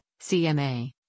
CMA